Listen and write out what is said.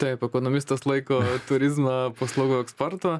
taip ekonomistas laiko turizmą paslaugų eksportu